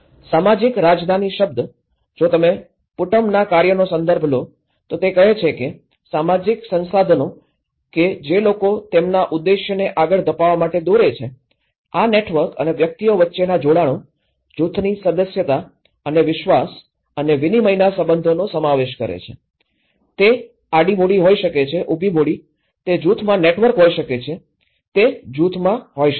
સામાજિક રાજધાની શબ્દ જો તમે પુટનમના કાર્યનો સંદર્ભ લો તો તે કહે છે કે સામાજિક સંસાધનો કે જે લોકો તેમના ઉદ્દેશ્યને આગળ ધપાવવા માટે દોરે છે આ નેટવર્ક અને વ્યક્તિઓ વચ્ચેના જોડાણો જૂથોની સદસ્યતા અને વિશ્વાસ અને વિનિમયના સંબંધોનો સમાવેશ કરે છે તે આડી મૂડી હોઈ શકે છે ઉભી મૂડી તે જૂથમાં નેટવર્ક હોઈ શકે છે તે જૂથોમાં હોઈ શકે છે